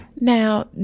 now